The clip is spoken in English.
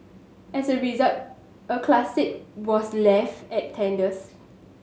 as a result a classic was left at tatters